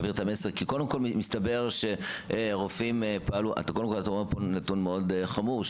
אתה אומר דבר חמור,